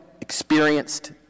experienced